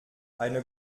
eine